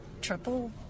triple